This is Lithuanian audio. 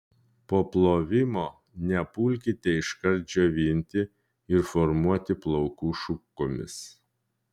po plovimo nepulkite iškart džiovinti ir formuoti plaukų šukomis